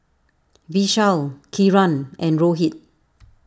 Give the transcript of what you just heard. Vishal Kiran and Rohit